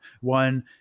one